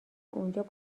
اونجا